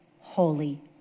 holy